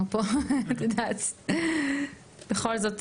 בכל זאת,